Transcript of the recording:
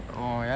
oh